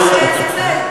לא, "כך אעשה".